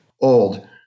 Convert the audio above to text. old